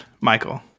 Michael